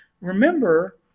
Remember